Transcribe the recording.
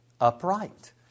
upright